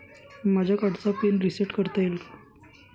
माझ्या कार्डचा PIN reset करता येईल का?